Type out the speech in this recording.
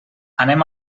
anem